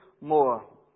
more